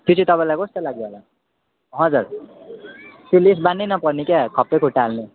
त्यो चाहिँ तपाईँलाई कस्तो लाग्यो होला हजुर त्यो लेस बाँध्न नै नपर्ने क्या खप्पै खुट्टा हाल्ने